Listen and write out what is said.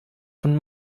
von